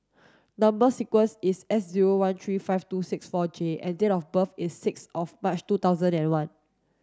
number sequence is S zero one three five two six four J and date of birth is six of March two thousand and one